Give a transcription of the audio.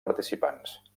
participants